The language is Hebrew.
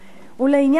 לעניין זה,